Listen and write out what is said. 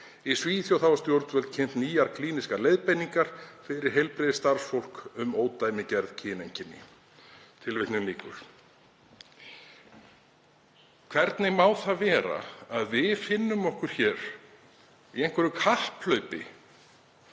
Í Svíþjóð hafa stjórnvöld kynnt nýjar klínískar leiðbeiningar fyrir heilbrigðisstarfsfólk um ódæmigerð kyneinkenni.“ Hvernig má það vera að við finnum okkur hér í einhverju kapphlaupi